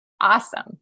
Awesome